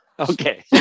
Okay